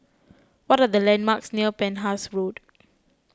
what are the landmarks near Penhas Road